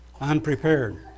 unprepared